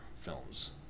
films